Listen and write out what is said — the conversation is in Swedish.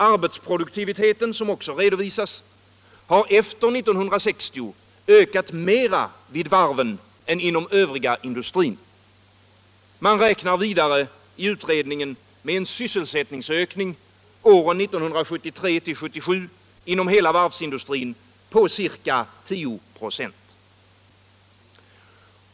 Arbetsproduktiviteten, som också redovisas, har efter 1960 ökat mera vid varven än inom den övriga industrin. Man räknar vidare i utredningen med en sysselsättningsökning under åren 1973-77 inom hela varvsindustrin på ca 10 46.